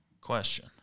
Question